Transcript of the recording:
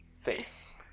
face